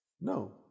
No